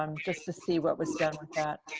um just to see what was done with that.